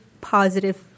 positive